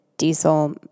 Diesel